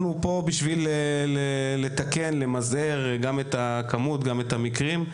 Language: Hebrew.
אנחנו פה בשביל לתקן ולמזער גם את הכמות וגם את המקרים.